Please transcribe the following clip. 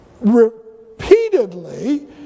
repeatedly